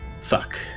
fuck